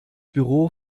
büro